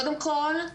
קודם כול,